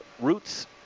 Roots